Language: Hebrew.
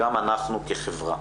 גם אנחנו כחברה'.